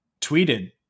tweeted